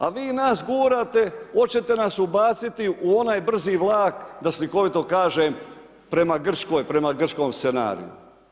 A vi nas gurate, hoćete nas ubaciti u onaj brzi vlak, da slikovito kažem, prema Grčkoj, prema grčkom scenariju.